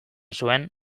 zuen